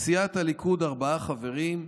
סיעת הליכוד, ארבעה חברים: